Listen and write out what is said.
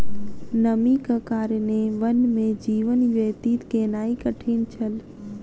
नमीक कारणेँ वन में जीवन व्यतीत केनाई कठिन छल